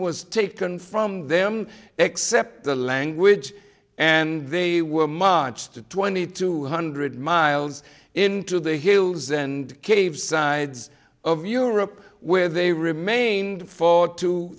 was taken from them except the language and they were monch to twenty two hundred miles into the hills and caves sides of europe where they remained for two